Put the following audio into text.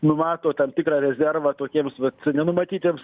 numato tam tikrą rezervą tokiems vat nenumatytiems